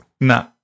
No